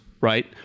right